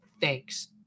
Thanks